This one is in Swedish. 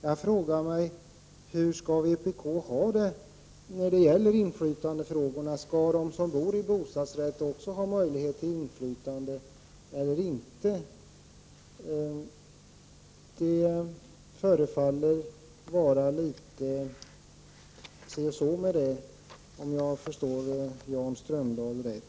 Jag frågar mig: Hur skall vpk ha det vad gäller frågorna om inflytande? Skall de som bor i bostadsrätt också ha möjlighet till inflytande? Det förefaller vara litet si och så med det, om jag förstår Jan Strömdahl rätt.